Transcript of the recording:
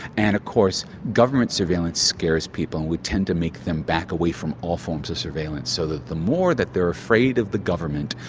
and of course government surveillance scares people and we tend to make them back away from all forms of surveillance so that the more that they are afraid of the government,